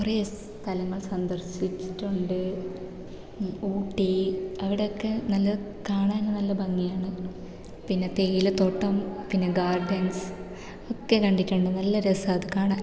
കുറേ സ്ഥലങ്ങൾ സന്ദർശിച്ചിട്ടുണ്ട് ഊട്ടി അവിടെ ഒക്കെ നല്ല കാണാൻ നല്ല ഭഗിയാണ് പിന്നെ തേയിലത്തോട്ടം പിന്നെ ഗാർഡൻസ് ഒക്കെ കണ്ടിട്ടുണ്ട് നല്ല രസം അത് കാണാൻ